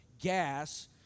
gas